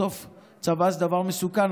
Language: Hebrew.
בסוף צבא זה דבר מסוכן,